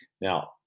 now